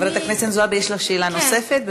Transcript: חברת הכנסת זועבי, יש לך שאלה נוספת?